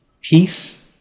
peace